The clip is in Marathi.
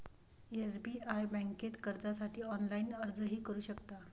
एस.बी.आय बँकेत कर्जासाठी ऑनलाइन अर्जही करू शकता